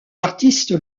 artiste